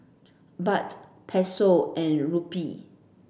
Baht Peso and Rupee